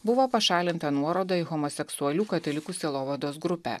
buvo pašalinta nuoroda į homoseksualių katalikų sielovados grupę